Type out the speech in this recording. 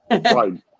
Right